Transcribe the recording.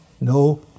No